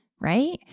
right